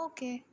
Okay